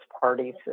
parties